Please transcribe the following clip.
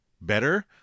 better